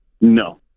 No